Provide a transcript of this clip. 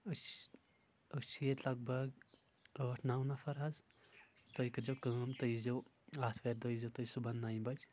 ٲسۍ ٲسۍ چھِ ییٚتہِ لگ بگ ٲٹھ نو نفر حظ تُہۍ کٔرۍزٮ۪و کٲم تُہۍ ییٖزٮ۪و اتھوارِ دۄہ ییٖزٮ۪و تُہۍ صبحن نیہِ بجہِ